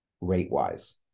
rate-wise